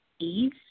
ease